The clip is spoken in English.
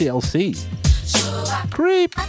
Creep